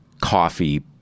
coffee